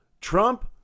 Trump